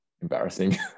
embarrassing